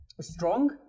strong